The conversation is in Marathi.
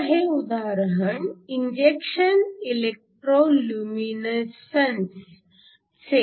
हे आहे उदाहरण इंजेक्शन इलेक्ट्रो लुमिनिसन्सचे